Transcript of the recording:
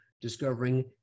discovering